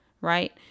Right